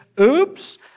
Oops